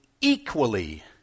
equally